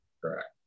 Correct